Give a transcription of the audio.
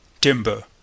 timber